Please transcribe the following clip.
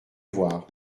voir